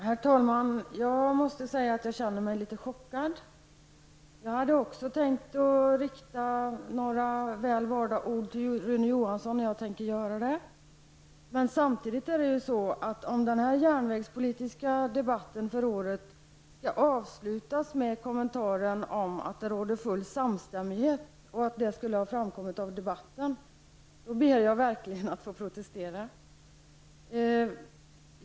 Herr talman! Jag måste säga att jag känner mig litet chockad. Också jag hade tänkt rikta några väl valda ord till Rune Johansson, och det skall jag också göra. Men samtidigt vill jag säga att om det här årets järnvägspolitiska debatt skall avslutas med kommentaren att det råder full samstämmighet och att detta skulle ha framkommit av debatten, ber jag verkligen att få protestera.